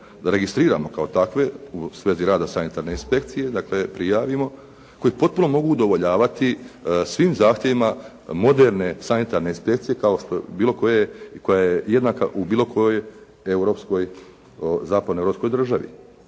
registriramo kao takve u svezi rada sanitarne inspekcije, dakle prijavimo, koji potpuno mogu udovoljavati svim zahtjevima moderne sanitarne inspekcije koja je jednaka u bilo kojoj europskoj,